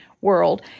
world